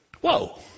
Whoa